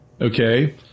Okay